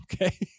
okay